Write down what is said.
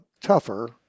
tougher